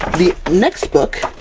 the next book